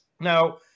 now